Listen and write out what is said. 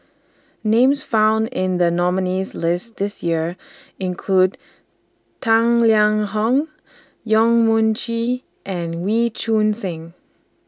Names found in The nominees' list This Year include Tang Liang Hong Yong Mun Chee and Wee Choon Seng